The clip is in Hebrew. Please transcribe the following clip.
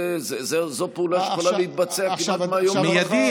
זו פעולה שיכולה להתבצע כמעט מהיום למחר, מיידי,